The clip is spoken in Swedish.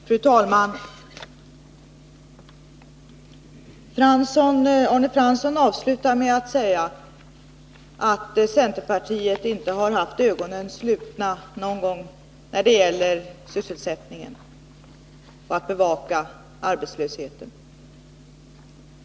Fru talman! Arne Fransson slutar med att säga att centerpartiet inte har haft ögonen slutna någon gång när det gällt att bevaka sysselsättningen och arbetslösheten.